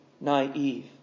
naive